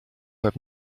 have